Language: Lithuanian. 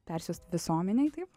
persiųst visuomenei taip